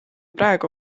praegu